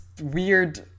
weird